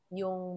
yung